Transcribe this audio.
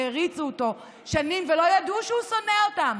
שהעריצו אותו שנים ולא ידעו שהוא שונא אותם.